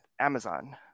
Amazon